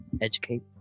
educate